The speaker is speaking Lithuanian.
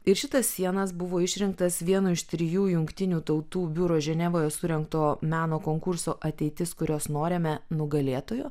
ir šitas sienas buvo išrinktas vienu iš trijų jungtinių tautų biuro ženevoje surengto meno konkurso ateitis kurios norime nugalėtoju